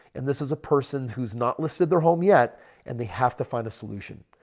and this is a person who's not listed their home yet and they have to find a solution.